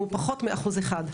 הוא פחות מ-1%.